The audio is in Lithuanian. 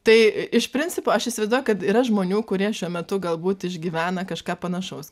tai iš principo aš įsivaizduoju kad yra žmonių kurie šiuo metu galbūt išgyvena kažką panašaus